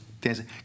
dancing